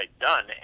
done